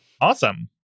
Awesome